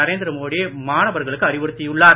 நரேந்திரமோடி மாணவர்களுக்கு அறிவுறுத்தியுள்ளார்